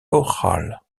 chorales